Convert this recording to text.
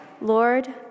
Lord